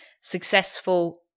successful